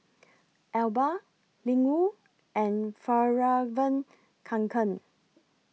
Alba Ling Wu and Fjallraven Kanken